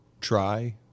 try